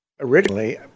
Originally